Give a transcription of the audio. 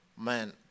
man